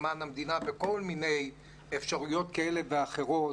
למען המדינה בכל מיני אפשרויות כאלה ואחרות